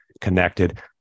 connected